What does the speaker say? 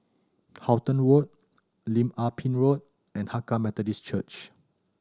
Halton Road Lim Ah Pin Road and Hakka Methodist Church